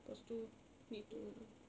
lepas tu need to